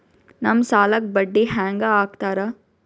ನಮ್ ಸಾಲಕ್ ಬಡ್ಡಿ ಹ್ಯಾಂಗ ಹಾಕ್ತಾರ?